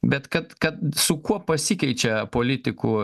bet kad kad su kuo pasikeičia politikų